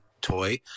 toy